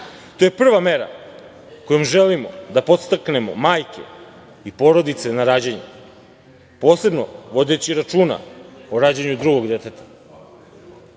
to je prva mera kojom želimo da podstaknemo majke i porodice na rađanje, posebno vodeći računa o rađanju drugog deteta,